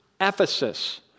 Ephesus